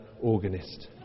organist